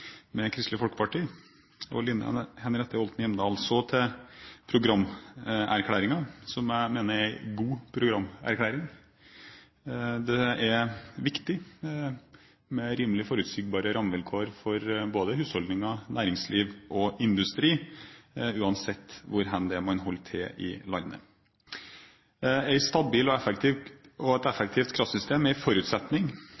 med Kristelig Folkeparti og Line Henriette Hjemdal. Så til programerklæringen, som jeg mener er en god programerklæring. Det er viktig med rimelig forutsigbare rammevilkår for husholdninger, næringsliv og industri uansett hvor hen man holder til i landet. Et stabilt og effektivt kraftsystem er en forutsetning for sikker energiforsyning og